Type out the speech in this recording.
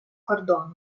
кордону